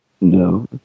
No